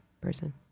person